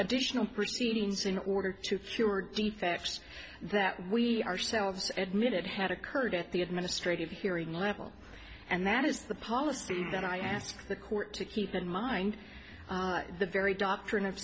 additional proceedings in order to cure defects that we ourselves admitted had occurred at the administrative hearing level and that is the policy that i ask the court to keep in mind the very doctrine of